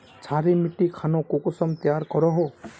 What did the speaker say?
क्षारी मिट्टी खानोक कुंसम तैयार करोहो?